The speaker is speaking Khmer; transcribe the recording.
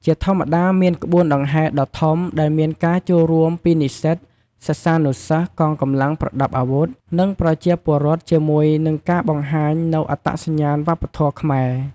ជាធម្មតា មានក្បួនដង្ហែរដ៏ធំដែលមានការចូលរួមពីនិស្សិត សិស្សានុសិស្ស កងកម្លាំងប្រដាប់អាវុធ និងប្រជាពលរដ្ឋជាមួយនឹងការបង្ហាញនូវអត្តសញ្ញាណវប្បធម៌ខ្មែរ។